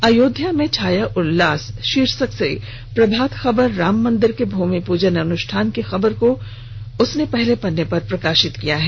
अयोध्या में छाया उल्लास शीर्षक से प्रभात खबर राममंदिर के भूमिपूजन अनुष्ठान की खबर को पहले पन्ने पर प्रकाषित किया है